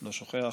לא שוכח,